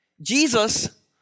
Jesus